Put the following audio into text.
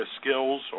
skills